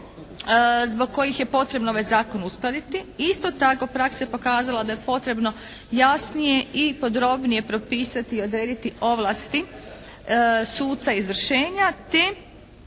zbog kojih je potrebno ovaj Zakon uskladiti. Isto tako praksa je pokazala da je potrebno jasnije i podrobnije propisati i odrediti ovlasti suca izvršenja te